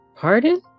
Pardon